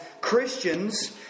Christians